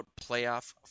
playoff